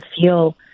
feel